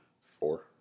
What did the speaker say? four